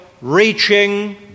reaching